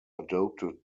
adopted